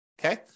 okay